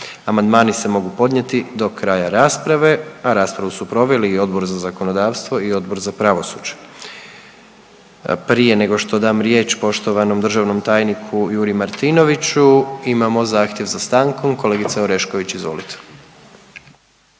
Amandmani se mogu podnijeti do kraja rasprave. A raspravu su proveli Odbor za zakonodavstvo i Odbor za pravosuđe. Prije nego što dam riječ poštovanom državnom tajniku Juri Martinoviću imamo zahtjev za stankom, kolegica Orešković. Izvolite.